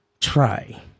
try